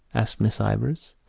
asked miss ivors.